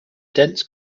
dense